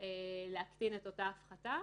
להקטין את אותה הפחתה,